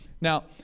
Now